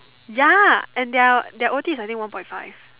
ya and their their O_T I think is one point five